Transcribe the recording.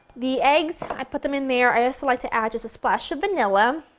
the eggs, i put them in there, i also like to add just a splash of vanilla,